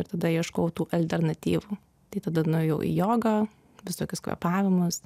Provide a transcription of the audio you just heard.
ir tada ieškojau tų alternatyvų tai tada nuėjau į jogą visokius kvėpavimus